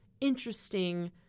interesting